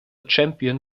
champion